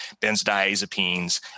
benzodiazepines